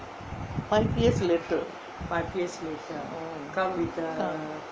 five years later